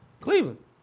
Cleveland